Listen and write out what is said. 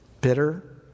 Bitter